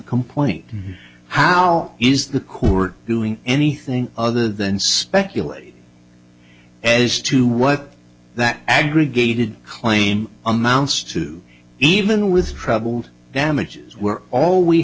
complaint how is the court doing anything other than speculate as to what that aggregated claim amounts to even with troubled damages we're all we